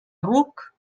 ruc